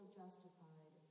justified